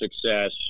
success